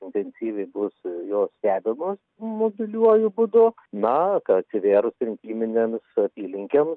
intensyviai bus jos stebimos mobiliuoju būdu na ką atsivėrus rinkiminėms apylinkėms